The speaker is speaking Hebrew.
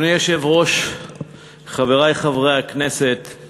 ותועבר להכנה לקריאה שנייה ושלישית בוועדת הכלכלה.